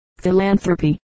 philanthropy